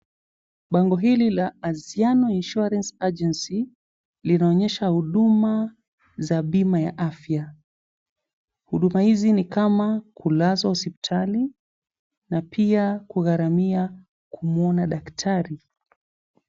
Bango hili la Aziano insurance agency , inaonyesha huduma za bima ya afya. Huduma hizi ni kama kulazwa hospitali, na pia kugaramia kumwona dakitari.